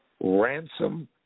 Ransom